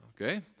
Okay